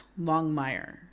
Longmire